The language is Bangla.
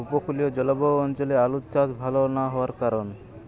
উপকূলীয় জলবায়ু অঞ্চলে আলুর চাষ ভাল না হওয়ার কারণ?